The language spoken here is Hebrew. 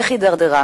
איך הידרדרה.